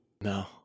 No